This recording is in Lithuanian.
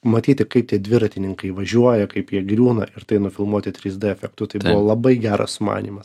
matyti kaip tie dviratininkai važiuoja kaip jie griūna ir tai nufilmuoti trys dė efektu tai labai geras sumanymas